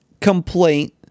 complaint